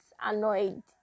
annoyed